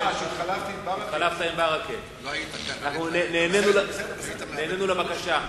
התחלפת עם ברכה ונענינו לבקשה.